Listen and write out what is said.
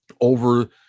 over